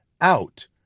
out